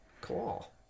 Cool